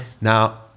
Now